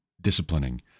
disciplining